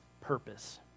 Purpose